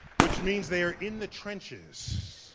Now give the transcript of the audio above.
which means they are in the trenches.